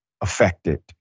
affected